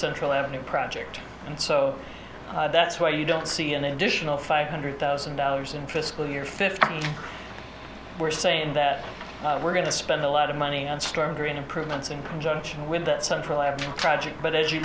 central avenue project and so that's why you don't see an additional five hundred thousand dollars in fiscal year fifteen we're saying that we're going to spend a lot of money on storm drain improvements in conjunction with that central app project but as you